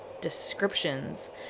descriptions